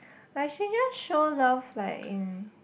like she just show love like in